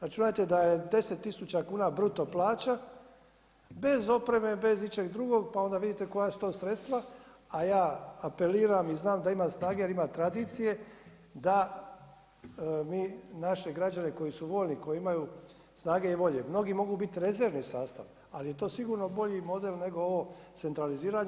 Računajte da je 10 tisuća kuna bruto plaća bez opreme, bez ičeg drugog, pa onda vidite koja su to sredstva, a ja apeliram i znam da ima snage jer ima tradicije da mi naše građane koji su voljni koji imaju snage i volje, mnogi mogu biti rezervni sastav, ali je to sigurno bolji model, nego ovo centraliziranje.